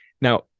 now